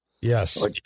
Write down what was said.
Yes